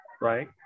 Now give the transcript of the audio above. right